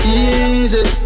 Easy